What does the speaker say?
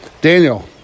daniel